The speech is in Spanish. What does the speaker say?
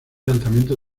lanzamiento